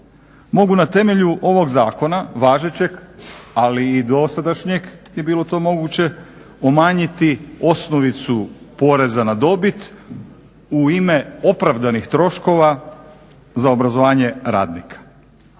mogu na temelju ovog zakona važećeg ali i dosadašnjeg je bilo to moguće umanjiti osnovicu poreza na dobit u ime opravdanih troškova za obrazovanje radnika.